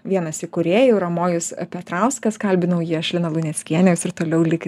vienas įkūrėjų ramojus petrauskas kalbinau jį aš lina luneckienė jūs ir toliau likit